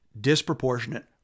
disproportionate